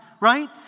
right